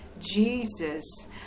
Jesus